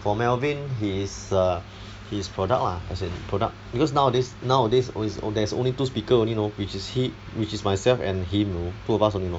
for melvin his err his product lah as in product because nowadays nowadays always on~ there's only two speakers only you know which is he~ which is myself and him you know two of us only you know